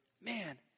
man